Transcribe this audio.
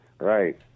Right